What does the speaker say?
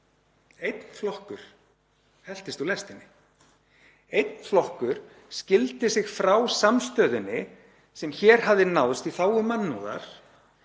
Einn flokkur heltist úr lestinni, einn flokkur skildi sig frá samstöðunni sem hér hafði náðst í þágu mannúðar.